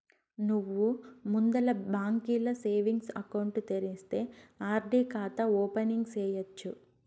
నువ్వు ముందల బాంకీల సేవింగ్స్ ఎకౌంటు తెరిస్తే ఆర్.డి కాతా ఓపెనింగ్ సేయచ్చు